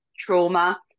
trauma